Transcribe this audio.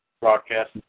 broadcast